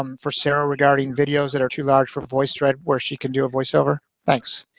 um for sarah regarding videos that are too large for voicethread where she can do a voiceover? thanks.